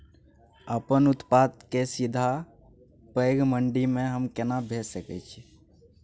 अपन उत्पाद के सीधा पैघ मंडी में हम केना भेज सकै छी?